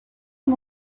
con